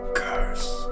curse